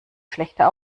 schlechter